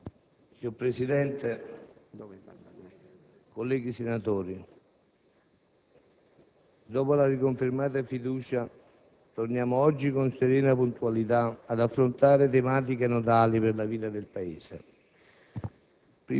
Signor Presidente, colleghi senatori, dopo la riconfermata fiducia, torniamo oggi con serena puntualità ad affrontare tematiche nodali per la vita del Paese.